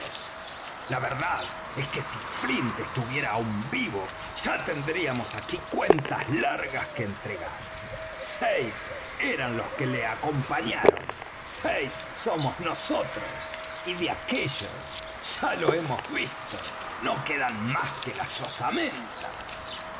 la verdad es que si flint estuviera aún vivo ya tendríamos aquí cuentas largas que entregar seis eran los que le acompañaron seis somos nosotros y de aquéllos ya lo hemos visto no quedan más que las osamentas